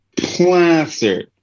plaster